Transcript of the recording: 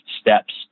steps